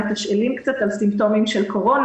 מתשאלים קצת על סימפטומים של קורונה.